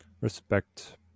Respect